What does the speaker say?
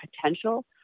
potential